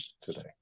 today